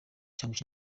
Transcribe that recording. cyangwa